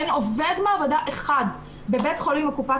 אין עובד מעבדה אחד בבית חולים או קופת